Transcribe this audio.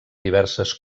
diverses